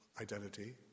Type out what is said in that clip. identity